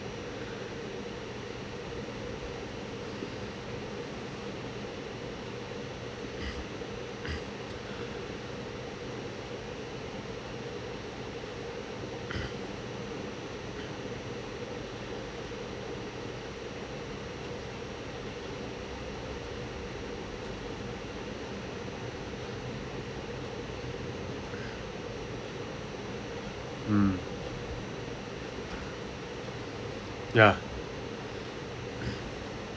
ya mm ya